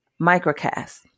MicroCast